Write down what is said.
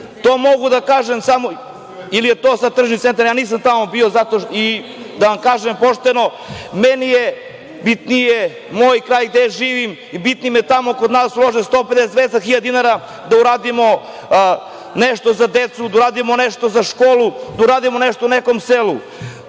to mogu da kažem samo, ili je to sad tržni centar, ja nisam tamo bio zato i da vam kažem pošteno, meni je bitniji moj kraj gde živim i bitnije mi je tamo kod nas uloženo 150, 200 hiljada dinara, da uradimo nešto za decu, da uradimo nešto za školu, da uradimo nešto u nekom selu.